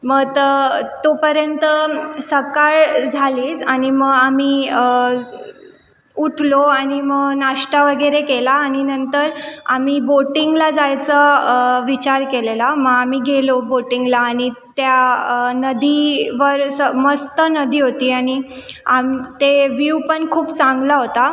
मग तर तोपर्यंत सकाळ झाली आणि मग आम्ही उठलो आणि मग नाश्ता वगैरे केला आणि नंतर आम्ही बोटिंगला जायचा विचार केलेला मग आम्ही गेलो बोटिंगला आणि त्या नदीवर असं मस्त नदी होती आणि आम ते व्यू पण खूप चांगला होता